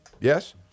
Yes